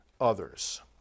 others